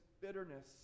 bitterness